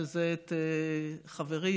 חברי,